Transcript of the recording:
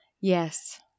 Yes